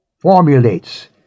formulates